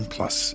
Plus